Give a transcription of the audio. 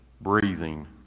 breathing